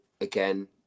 again